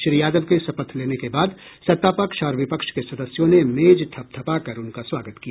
श्री यादव के शपथ लेने के बाद सत्तापक्ष और विपक्ष के सदस्यों ने मेज थपथपाकर उनका स्वागत किया